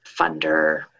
funder